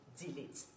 delete